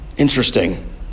interesting